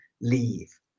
leave